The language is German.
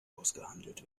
ausgehandelt